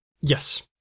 Yes